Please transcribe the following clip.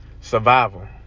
Survival